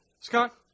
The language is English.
Scott